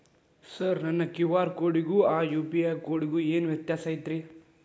Sir ನನ್ನ QR ಕೊಡಿಗೂ ಆ ಯು.ಪಿ.ಐ ಗೂ ಏನ್ ವ್ಯತ್ಯಾಸ ಐತ್ರಿ?